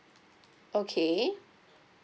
okay